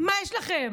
מה יש לכם?